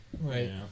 Right